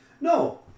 No